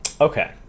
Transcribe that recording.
Okay